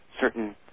certain